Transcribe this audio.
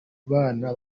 bana